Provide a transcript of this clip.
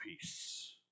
peace